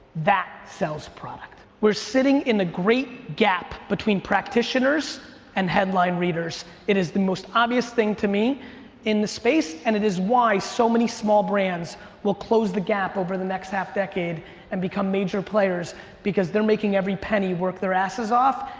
that sells product. we're sitting in a great gap between practitioners and headline readers. it is the most obvious thing to me in this space, and it is why so many small brands will close the gap over the next half decade and become major players because they're making every penny work their asses off,